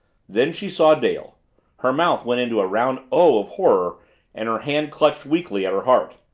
then she saw dale her mouth went into a round o of horror and her hand clutched weakly at her heart.